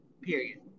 period